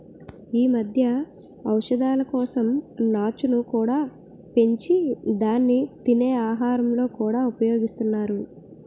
ఈ మధ్య ఔషధాల కోసం నాచును కూడా పెంచి దాన్ని తినే ఆహారాలలో కూడా ఉపయోగిస్తున్నారు